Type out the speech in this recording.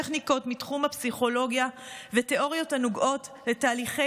טכניקות מתחום הפסיכולוגיה ותיאוריות הנוגעות לתהליכי